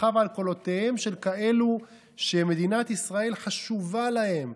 רכב על קולותיהם של כאלה שמדינת ישראל חשובה להם,